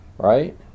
Right